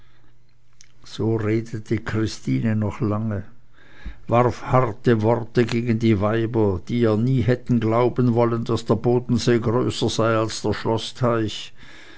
so redete christine noch lange warf harte worte gegen die weiber die ihr nie hätten glauben wollen daß der bodensee größer sei als der schloßteich